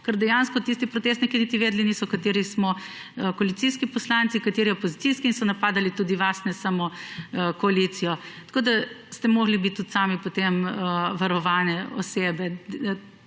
ker dejansko tisti protestniki niti vedeli niso, kateri smo koalicijski poslanci, kateri opozicijski in so napadali tudi vas, ne samo koalicijo. Tako da ste morali biti tudi sami potem varovane osebe.